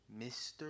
Mr